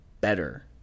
better